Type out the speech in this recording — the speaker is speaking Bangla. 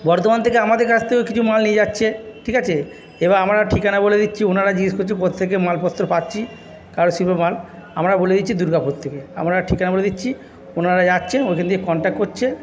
বর্ধমান থেকে আমাদের কাছ থেকেও কিছু মাল নিয়ে যাচ্ছে ঠিক আছে এবার আমরা ঠিকানা বলে দিচ্ছি ওনারা জিজ্ঞেস করছে কোত্থেকে মালপত্র পাচ্ছি কারুশিল্প মাল আমরা বলে দিচ্ছি দুর্গাপুর থেকে আমরা ঠিকানা বলে দিচ্ছি ওনারা যাচ্ছেন ওইখান দিয়ে কন্টাক্ট করছে